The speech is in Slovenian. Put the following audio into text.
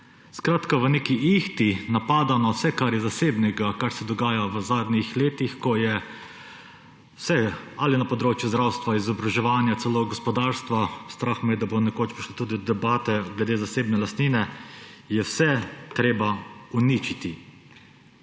Skratka, v neki ihti napada na vse, kar je zasebnega, kar se dogaja v zadnjih letih, ko je vse, ali na področju zdravstva, izobraževanja, celo gospodarstva, strah me je, da bo nekoč prišlo tudi do debate glede zasebne lastnine, je vse treba uničiti.